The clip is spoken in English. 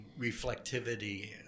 reflectivity